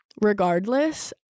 regardless